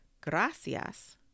gracias